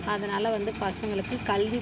அதனால் வந்து பசங்களுக்கு கல்வி